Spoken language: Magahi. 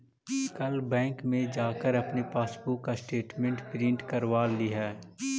कल बैंक से जाकर अपनी पासबुक स्टेटमेंट प्रिन्ट करवा लियह